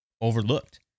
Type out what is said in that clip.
overlooked